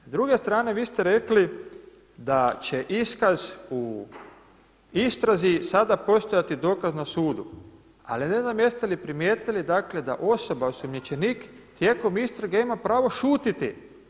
S druge strane vi ste rekli da će iskaz u istrazi sada postajati dokaz na sudu, ali ne znam jeste li primijetili da osoba osumnjičenik tijekom istrage ima pravo šutiti.